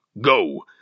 Go